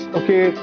okay